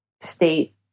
state